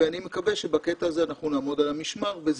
ואני מקווה שבקטע הזה אנחנו נעמוד על המשמר כדי